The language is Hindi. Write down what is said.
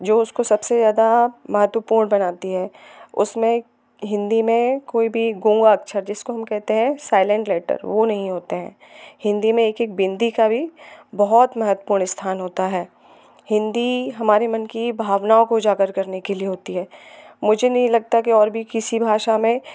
जो उसको सबसे ज़्यादा महत्वपूर्ण बनाती है उसमें हिंदी में कोई भी गूंगा अक्षर जिसको हम कहते हैं साइलेंट लेटर वह नहीं होते हैं हिंदी में एक एक बिंदी का भी बहुत महत्वपूर्ण स्थान होता है हिंदी हमारे मन की भावनाओं को उजागर करने के लिए होती है मुझे नहीं लगता कि और भी किसी भाषा में